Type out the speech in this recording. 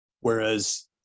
Whereas